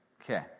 Okay